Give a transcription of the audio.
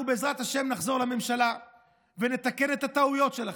אנחנו בעזרת השם נחזור לממשלה ונתקן את הטעויות שלכם,